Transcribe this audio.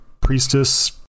priestess